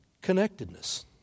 Connectedness